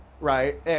right